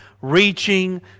reaching